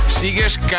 Sigues